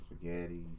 Spaghetti